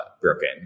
broken